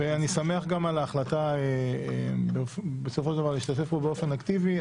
אני שמח גם על ההחלטה בסופו של דבר להשתתף פה באופן אקטיבי.